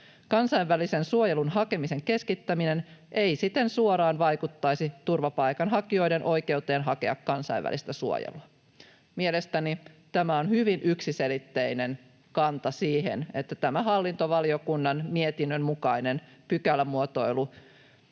Kansainvälisen suojelun hakemisen keskittäminen ei siten suoraan vaikuttaisi turvapaikanhakijoiden oikeuteen hakea kansainvälistä suojelua.” Mielestäni tämä on hyvin yksiselitteinen kanta siihen, että hallintovaliokunnan mietinnön mukainen pykälämuotoilu